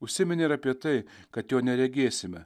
užsiminė ir apie tai kad jo neregėsime